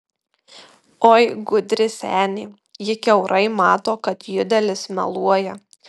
oi gudri senė ji kiaurai mato kad judelis meluoja